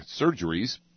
surgeries